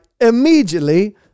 immediately